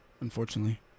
unfortunately